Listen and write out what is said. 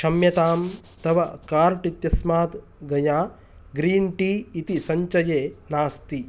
क्षम्यतां तव कार्ट् इत्यस्मात् गया ग्रीन् टी इति सञ्चये नास्ति